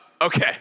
Okay